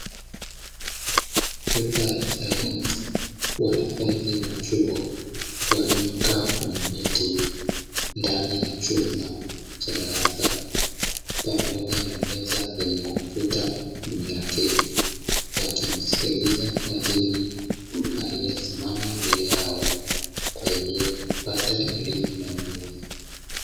Chupa ya chai, wanafunzi wa chuo waliokaa kwenye viti ndani ya chumba cha darasa pamoja na meza yenye kompyuta juu yake, wakimsikiliza mwalimu aliyesimama mbele yao kwa ajili ya kupata elimu na ujuzi.